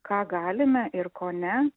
ką galime ir ko ne